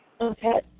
okay